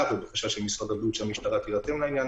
ובקשה של משרד הבריאות שהמשטרה תירתם לעניין